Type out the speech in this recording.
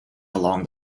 along